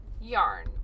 yarn